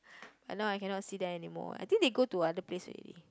but now I cannot see them anymore I think they go to other place already